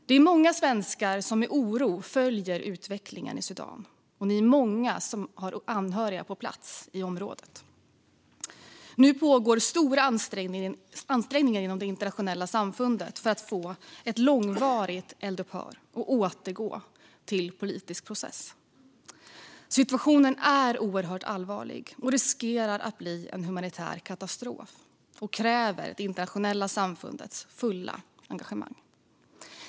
Det är många svenskar som med oro följer utvecklingen i Sudan, och många har anhöriga på plats i området. Nu pågår stora ansträngningar inom det internationella samfundet för att få ett långvarigt eldupphör och återgå till en politisk process. Situationen är oerhört allvarlig, riskerar att bli en humanitär katastrof och kräver det internationella samfundets fulla engagemang.